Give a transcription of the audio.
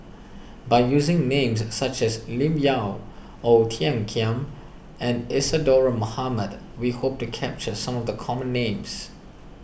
by using names such as Lim Yau Ong Tiong Khiam and Isadhora Mohamed we hope to capture some of the common names